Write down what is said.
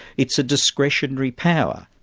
it's a discretionary power.